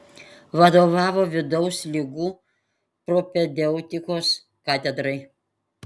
vadovavo vidaus ligų propedeutikos katedrai